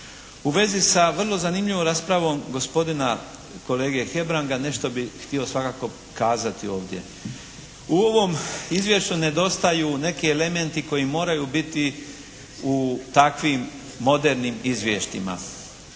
U vezi sa vrlo zanimljivom raspravom gospodina kolege Hebranga nešto bih htio svakako kazati ovdje. U ovom izvješću nedostaju neki elementi koji moraju biti u takvim modernim izvješćima.